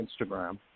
Instagram